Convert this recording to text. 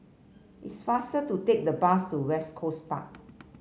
it's faster to take the bus to West Coast Park